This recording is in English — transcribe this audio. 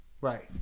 Right